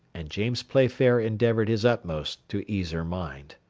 and james playfair endeavoured his utmost to ease her mind.